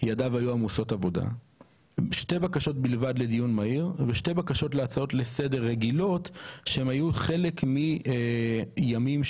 העומדים לרשותך כדי להעלות לסדר היום נושאים שהם באמת בליבת